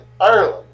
Ireland